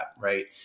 Right